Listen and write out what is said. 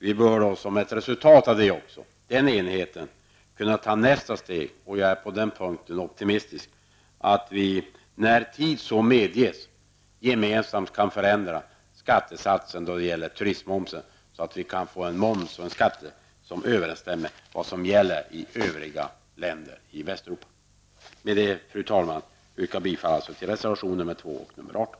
Vi bör som ett resultat av den enigheten kunna ta nästa steg -- jag är optimistisk på den punkten -- nämligen att när förhållandena det medger gemensamt förändra skattesatsen för turistmomsen, så att vi får en moms som överensstämmer med vad som gäller i övriga länder i Västeuropa. Med detta, fru talman, yrkar jag bifall till reservationerna 2 och 18.